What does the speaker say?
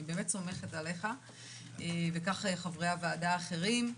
אני באמת סומכת עליך, וכך, חברי הוועדה האחרים.